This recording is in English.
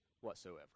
whatsoever